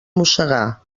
mossegar